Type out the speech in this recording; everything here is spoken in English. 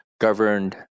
governed